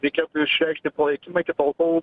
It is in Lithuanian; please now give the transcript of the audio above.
reikėtų išreikšti palaikymą iki tol kol